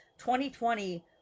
2020